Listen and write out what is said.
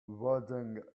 wedding